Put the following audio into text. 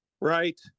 right